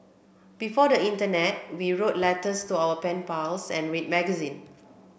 before the internet we wrote letters to our pen pals and read magazine